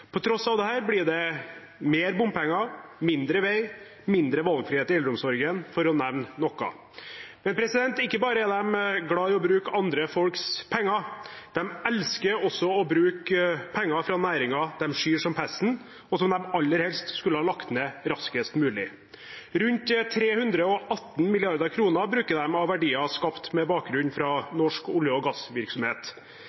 På tross av dette blir det mer bompenger, mindre vei og mindre valgfrihet i eldreomsorgen, for å nevne noe. Ikke bare er de glad i å bruke andre folks penger, de elsker også å bruke penger fra næringer de skyr som pesten, og som de aller helst skulle lagt ned raskest mulig. Rundt 318 mrd. kr bruker de av verdier skapt